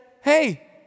hey